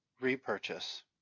repurchase